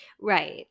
Right